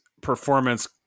performance